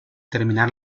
terminar